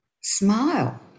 Smile